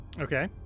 Okay